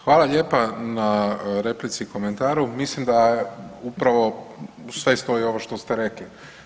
Hvala lijepa na replici i komentaru, mislim da upravo sve stoji ovo što ste rekli.